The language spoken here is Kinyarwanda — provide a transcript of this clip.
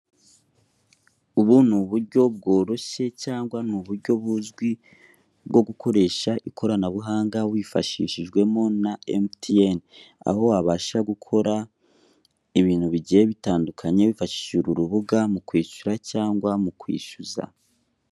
Ubu ni uburyo bworoshye cyangwa ni uburyo buzwi bwo gukoresha ikoranabuhanga wifashishijwemo na MTN, aho wabasha gukora ibintu bigiye bitandukanye wifashishije uru rubuga mu kwishyura cyangwa mu kwishyuza.